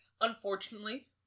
Unfortunately